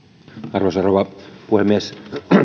arvoisa rouva puhemies